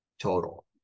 total